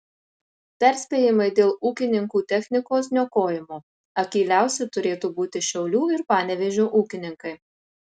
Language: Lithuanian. perspėjimai dėl ūkininkų technikos niokojimo akyliausi turėtų būti šiaulių ir panevėžio ūkininkai